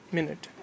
Minute